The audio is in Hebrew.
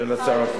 של השר,